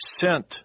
sent